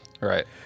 Right